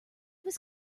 was